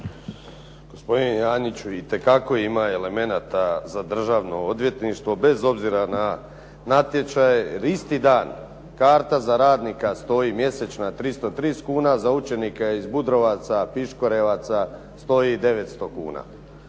Gospodine Janjiću, itekako ima elemenata za državno odvjetništvo bez obzira na natječaje, jer isti dan karta za radnika stoji mjesečna 330 kuna, za učenika iz Budrovaca, Piškorevaca stoji 900 kuna.